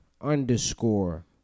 underscore